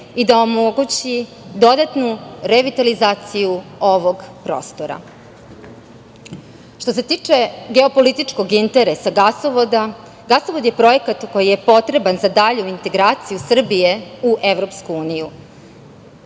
i da omogući dodatnu revitalizaciju ovog prostora. Što se tiče geopolitičkog interesa gasovoda, gasovod je projekat koji je potreban za dalju integraciju Srbije u Evropsku uniju.